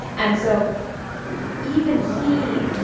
and so even he